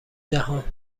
جهان